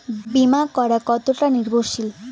বীমা করা কতোটা নির্ভরশীল?